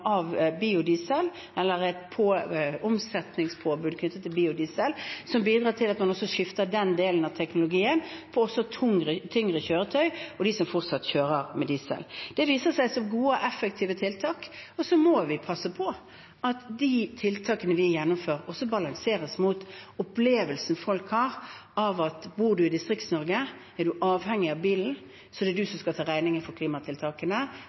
av biodiesel, eller et omsetningspåbud knyttet til biodiesel, som bidrar til at man også skifter den delen av teknologien på tyngre kjøretøy og de som fortsatt kjører med diesel. Det viser seg som gode og effektive tiltak. Så må vi passe på at de tiltakene vi gjennomfører, også balanseres mot opplevelsen folk har av at om du bor i Distrikts-Norge og er avhengig av bilen, er det du som skal ta regningen for klimatiltakene